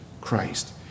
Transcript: Christ